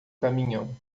caminhão